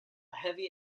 heavy